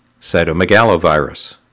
Cytomegalovirus